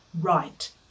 right